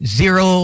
zero